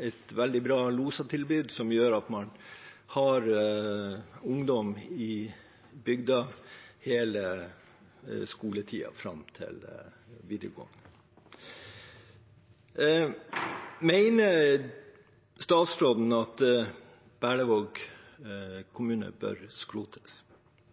et veldig bra LOSA-tilbud, som gjør at man har ungdom i bygda hele skoletiden fram til videregående. Mener statsråden at Berlevåg kommune bør skrotes?